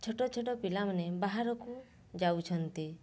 ଛୋଟଛୋଟ ପିଲାମାନେ ବାହାରକୁ ଯାଉଛନ୍ତି